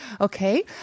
Okay